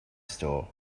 store